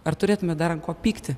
ar turėtumėt dar ant ko pykti